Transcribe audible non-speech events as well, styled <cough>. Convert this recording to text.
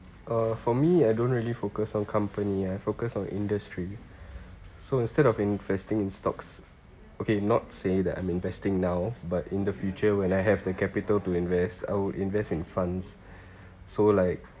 uh for me I don't really focus on company I focus on industry so instead of investing in stocks okay not say that I'm investing now but in the future when I have the capital to invest I would invest in funds <breath> so like